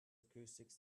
acoustics